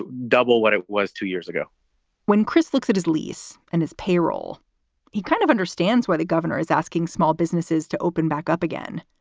double what it was two years ago when chris looks at his lease and his payroll he kind of understands where the governor is asking small businesses to open back up again.